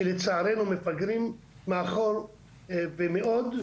שלצערנו, מפגרים מאחור ומאוד.